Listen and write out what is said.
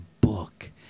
book